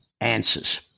answers